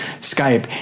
Skype